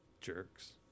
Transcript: Jerks